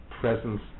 presence